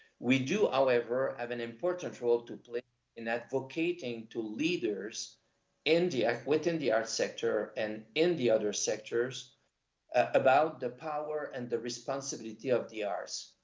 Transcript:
we do however have an important role to play in advocating to leaders in the act within the art sector and in the other sectors about the power and the responsibility of the arts.